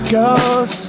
goes